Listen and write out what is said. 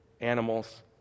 animals